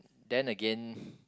then again